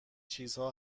چیزها